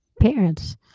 parents